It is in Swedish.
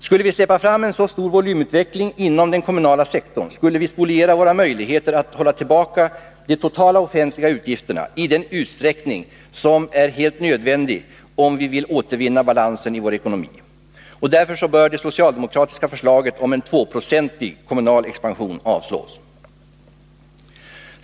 Skulle vi släppa fram en så stor volymutveckling inom den kommunala sektorn, skulle vi spoliera våra möjligheter att hålla tillbaka de totala offentliga utgifterna i den utsträckning som är helt nödvändig, om vi vill återvinna balansen i vår ekonomi. Därför bör det socialdemokratiska förslaget om en 2-procentig kommunal expansion avslås.